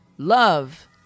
Love